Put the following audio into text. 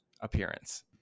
appearance